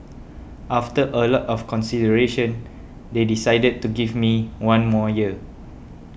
after a lot of consideration they decided to give me one more year